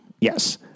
Yes